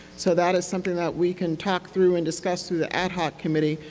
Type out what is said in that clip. so that is something that we can talk through and discussed through the ad hoc committee,